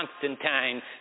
Constantine